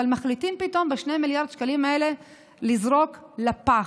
אבל מחליטים פתאום את ה-2 מיליארד שקלים האלה לזרוק לפח.